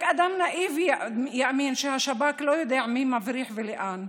רק אדם נאיבי יאמין שהשב"כ לא יודע מי מבריח ולאן,